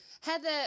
Heather